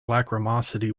lachrymosity